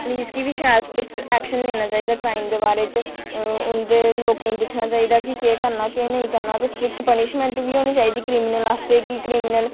police गी बी शैल स्ट्रिक्ट एक्शन लैना चाहिदा क्राईम दे बारै च ते उंदे लोकें ई दिक्खना चाहिदा की केह् करना चाहिदा केह् नेईं स्ट्रिक्ट पुनीशमेट बी होनी चाहिदी क्रिमीनल बास्तै की क्रिमीनल दस्स बार सोचै क्राईम करने कोला पैह्लें